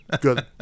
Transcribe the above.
good